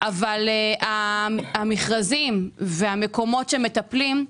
אבל המכרזים והמקומות שמטפלים,